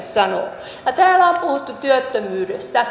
täällä on puhuttu työttömyydestä